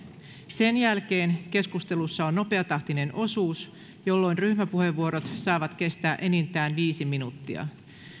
sen jälkeen keskustelussa on nopeatahtinen osuus jolloin ryhmäpuheenvuorot saavat kestää enintään viisi minuuttia